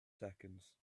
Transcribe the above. seconds